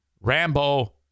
Rambo